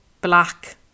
black